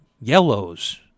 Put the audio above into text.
yellows